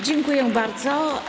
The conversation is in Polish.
Dziękuję bardzo.